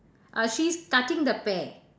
uh she's cutting the pear